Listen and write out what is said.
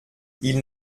ils